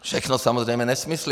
Všechno samozřejmě nesmysly.